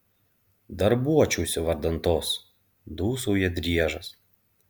darbuočiausi vardan tos dūsauja driežas